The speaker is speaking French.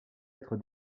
être